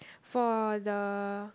for the